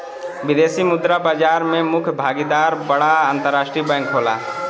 विदेशी मुद्रा बाजार में मुख्य भागीदार बड़ा अंतरराष्ट्रीय बैंक होला